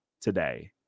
today